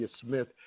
Smith